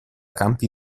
campi